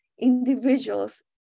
individuals